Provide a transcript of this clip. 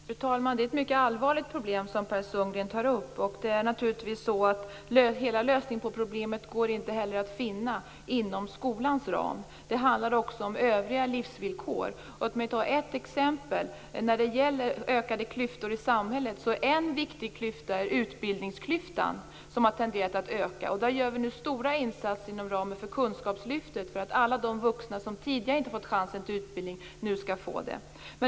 Fru talman! Det är ett mycket allvarligt problem som Per Sundgren tar upp. Hela lösningen på problemet går naturligtvis inte heller att finna inom skolans ram. Det handlar också om övriga livsvillkor. Låt mig ta ett exempel när det gäller ökade klyftor i samhället. En viktig klyfta är utbildningsklyftan, som har tenderat att öka. Vi gör nu stora insatser inom ramen för kunskapslyftet för att alla de vuxna som tidigare inte fått chansen till utbildning nu skall få det.